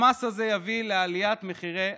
המס הזה יביא לעליית מחירי החשמל,